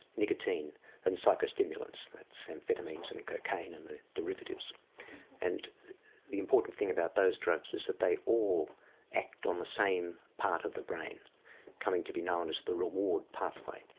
nicotine and psycho-stimulants, that's amphetamines and cocaine and the derivatives and the important thing about those drugs is that they all act on the same part of the brain coming to be known as the reward pathway.